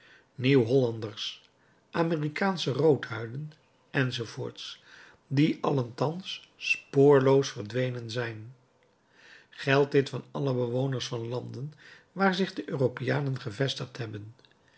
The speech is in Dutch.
nieuw hollanders amerikaansche roodhuiden enz die allen thans spoorloos verdwenen zijn geldt dit van alle bewoners van landen waar zich de europeanen gevestigd hebben